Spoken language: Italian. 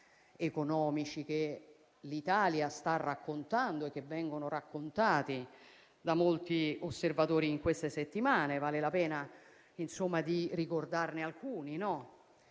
economici che l'Italia sta raccontando e che vengono raccontati da molti osservatori in queste settimane. Vale la pena ricordarne alcuni: